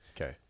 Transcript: Okay